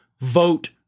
vote